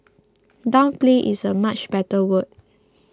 downplay is a much better word